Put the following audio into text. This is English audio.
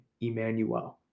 Emmanuel